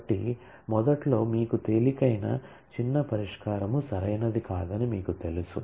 కాబట్టి మొదట్లో మీకు తేలికైన చిన్న పరిష్కారం సరైనది కాదని మీకు తెలుసు